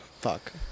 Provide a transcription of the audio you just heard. fuck